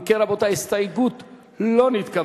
אם כן, רבותי, הסתייגות לא נתקבלה.